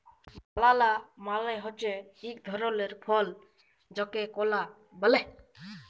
বালালা মালে হছে ইক ধরলের ফল যাকে কলা ব্যলে